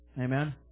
Amen